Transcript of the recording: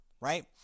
right